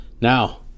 Now